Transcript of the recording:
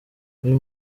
uyu